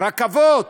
רכבות.